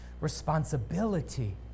responsibility